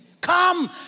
Come